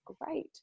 Great